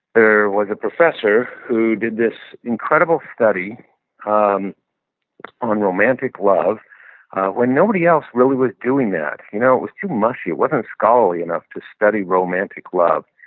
there was a professor who did this incredible study um on romantic love when nobody else really was doing that. you know it was too mushy. it wasn't scholarly enough to study romantic love.